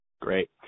Great